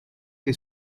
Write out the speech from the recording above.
che